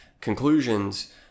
conclusions